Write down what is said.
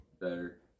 better